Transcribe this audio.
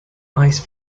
ice